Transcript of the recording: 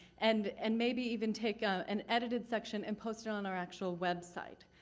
and and maybe even take ah an edited section and post in on our actual website.